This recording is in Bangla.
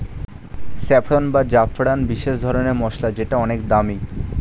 স্যাফরন বা জাফরান বিশেষ রকমের মসলা যেটা অনেক দামি